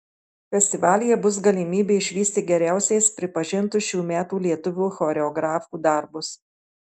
festivalyje bus galimybė išvysti geriausiais pripažintus šių metų lietuvių choreografų darbus